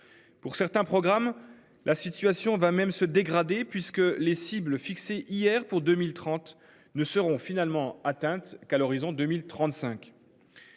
Pour certains programmes. La situation va même se dégrader puisque les cibles fixées hier pour 2030 ne seront finalement atteinte qu'à l'horizon 2035.